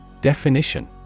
Definition